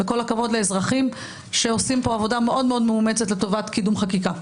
כל הכבוד לאזרחים שעושים פה עבודה מאוד מאומצת לטובת קידום חקיקה.